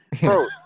Bro